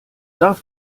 darf